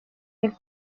del